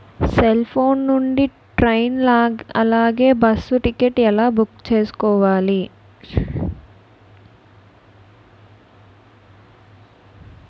Cell phone నుండి train అలాగే bus ticket ఎలా బుక్ చేసుకోవాలి?